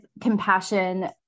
compassion